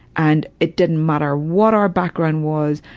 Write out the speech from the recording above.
and it didn't matter what our background was.